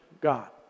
God